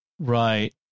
Right